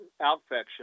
outfection